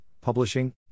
publishing